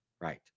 right